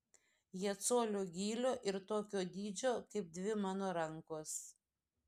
jie colio gylio ir tokio dydžio kaip dvi mano rankos